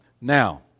now